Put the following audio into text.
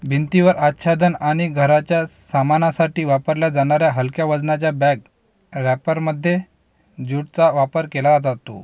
भिंतीवर आच्छादन आणि घराच्या सामानासाठी वापरल्या जाणाऱ्या हलक्या वजनाच्या बॅग रॅपरमध्ये ज्यूटचा वापर केला जातो